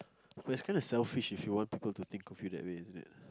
but it's kinda selfish if you want people to think of you that way isn't it